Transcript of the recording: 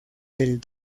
del